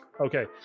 okay